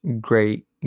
Great